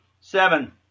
Seven